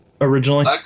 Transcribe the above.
originally